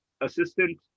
assistant